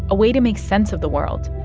a way to make sense of the world.